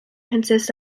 consists